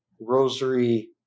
rosary